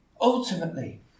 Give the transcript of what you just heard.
Ultimately